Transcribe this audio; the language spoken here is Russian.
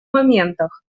моментах